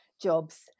jobs